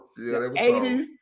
80s